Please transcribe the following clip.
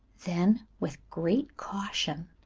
then, with great caution,